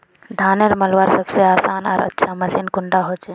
धानेर मलवार सबसे आसान आर अच्छा मशीन कुन डा होचए?